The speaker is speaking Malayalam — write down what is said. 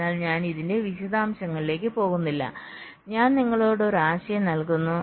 അതിനാൽ ഞാൻ ഇതിന്റെ വിശദാംശങ്ങളിലേക്ക് പോകുന്നില്ല ഞാൻ നിങ്ങളോട് ഒരു ആശയം നൽകുന്നു